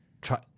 Try